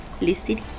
listed